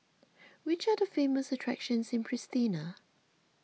which are the famous attractions in Pristina